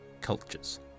cultures